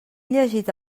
llegit